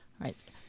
right